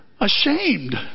ashamed